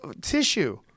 tissue